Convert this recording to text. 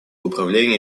управление